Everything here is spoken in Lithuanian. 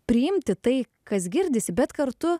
priimti tai kas girdisi bet kartu